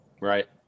Right